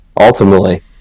ultimately